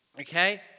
Okay